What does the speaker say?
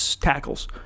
tackles